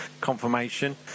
Confirmation